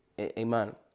Amen